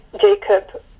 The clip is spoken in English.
Jacob